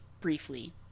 briefly